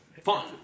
fun